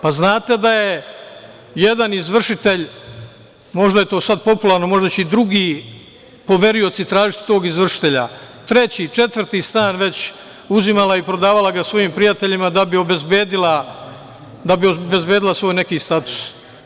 Pa, znate da je jedan izvršitelj, možda je to sad popularno, možda će i drugi poverioci tražiti tog izvršitelja, treći, četvrti stan već uzimala i prodavala ga svojim prijateljima da bi obezbedila svoj neki status.